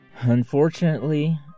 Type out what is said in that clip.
Unfortunately